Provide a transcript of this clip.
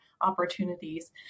opportunities